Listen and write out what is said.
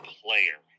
player